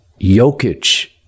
Jokic